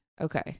okay